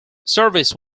service